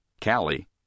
Callie